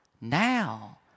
now